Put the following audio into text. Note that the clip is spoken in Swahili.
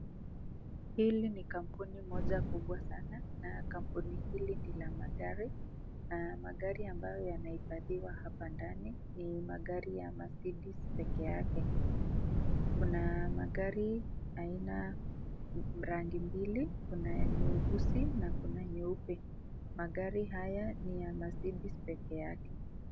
Hili ni kampuni moja kubwa sana na kampuni hili ni la magari na magari ambayo yamehifadhiwa hapa ndani ni magari ya (mercidise)pekeyake. kuna magari aina Brandi mbili kuna ya nyeusi na kuna nyeupe magari haya niya (mercidise) pekeyake